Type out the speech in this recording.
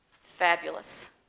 fabulous